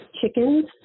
chickens